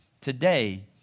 today